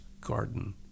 garden